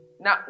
Now